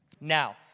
Now